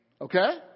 Okay